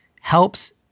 helps